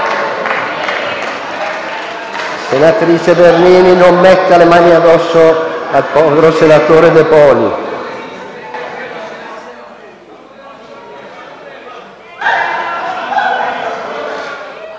senatrice Bernini, non metta le mani addosso al povero senatore De Poli...